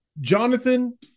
Jonathan